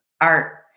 art